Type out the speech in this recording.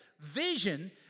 Vision